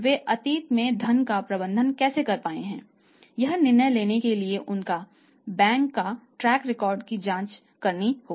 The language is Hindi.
वे अतीत में धन का प्रबंधन कैसे कर पाए हैं यह निर्णय लेने के लिए उनका बैंक के ट्रैक रिकॉर्ड की जांच करनी होगी